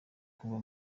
kuva